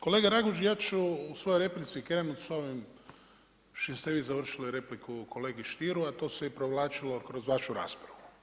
Kolega Raguž, ja ću u svojoj replici krenuti sa ovim što ste vi završili repliku kolegi Stieru, a to se i provlačilo kroz vašu raspravu.